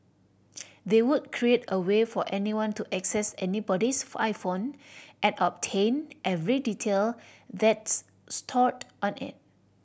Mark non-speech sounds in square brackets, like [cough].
they would create a way for anyone to access anybody's [unintelligible] iPhone and obtain every detail that's stored on it